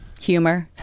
Humor